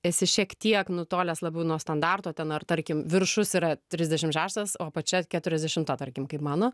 esi šiek tiek nutolęs labiau nuo standarto ten ar tarkim viršus yra trisdešimt šeštas o apačia keturiasdešimta tarkim kaip mano